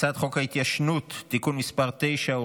אני קובע כי הצעת חוק לשכת עורכי הדין (תיקון מס' 42)